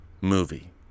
movie